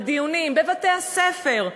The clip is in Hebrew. בדיונים, בבתי-הספר,